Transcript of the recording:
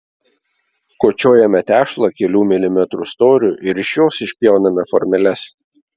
kočiojame tešlą kelių milimetrų storiu ir iš jos išpjauname formeles